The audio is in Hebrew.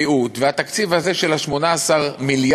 בריאות והתקציב הזה של 18 מיליארד,